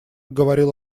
говорил